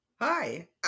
Hi